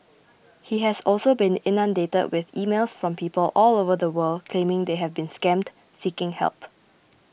he has also been inundated with emails from people all over the world claiming they have been scammed seeking help